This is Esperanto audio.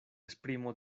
esprimo